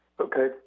Okay